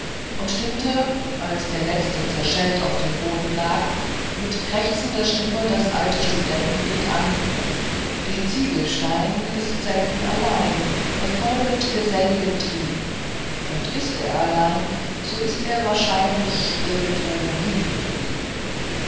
und stimmte als der letzte zerschellt auf dem boden lag mit krächzender stimme das alte studentenlied an der ziehigelstein ist selten allein er folget geselligen trieieben und ist er allein so ist er wahrschein lich irgendwo liegen geblieben